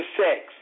sex